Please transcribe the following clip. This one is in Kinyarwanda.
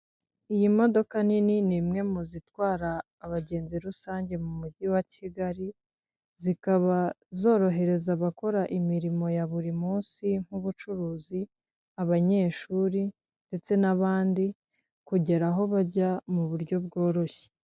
Iyi modoka nini ni imwe mu zitwara abagenzi rusange mu mujyi wa Kigali zikaba zorohereza abakora imirimo ya buri munsi nk'ubucuruzi, abanyeshuri ndetse n'abandi kugera aho bajya mu buryo bworoshye.